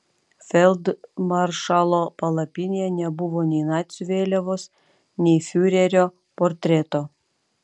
feldmaršalo palapinėje nebuvo nei nacių vėliavos nei fiurerio portreto